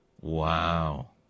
Wow